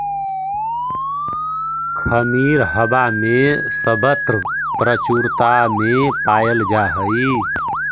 खमीर हवा में सर्वत्र प्रचुरता में पायल जा हई